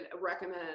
recommend